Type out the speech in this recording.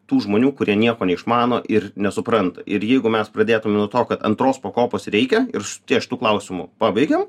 tų žmonių kurie nieko neišmano ir nesupranta ir jeigu mes pradėtume nuo to kad antros pakopos reikia ir ties šituo klausimu pabaigiam